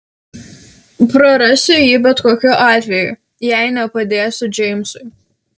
prarasiu jį bet kokiu atveju jei nepadėsiu džeimsui